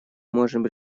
можем